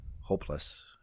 hopeless